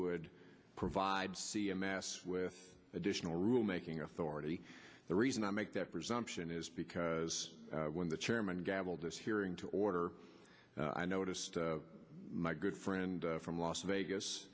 would provide i see a mass with additional rulemaking authority the reason i make that presumption is because when the chairman gavel this hearing to order i noticed my good friend from las vegas